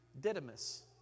Didymus